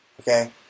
Okay